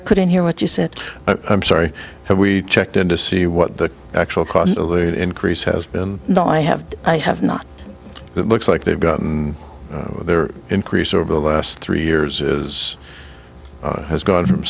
i couldn't hear what you said i'm sorry so we checked in to see what the actual cost of the increase has been no i have i have not that looks like they've gotten their increase over the last three years is has gone from